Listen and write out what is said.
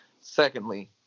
Secondly